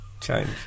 change